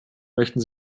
möchten